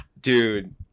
dude